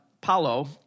paulo